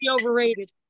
overrated